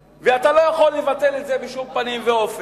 איך התייחסו חלק מחברי הכנסת למהות ולמטרות של החוק.